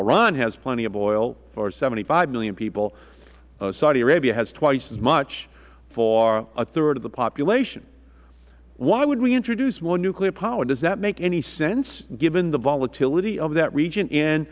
iran has plenty of oil for seventy five million people saudi arabia has twice as much for a third of the population why would we introduce more nuclear power does that make any sense given the volatility of that region